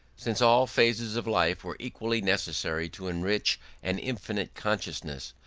since all phases of life were equally necessary to enrich an infinite consciousness,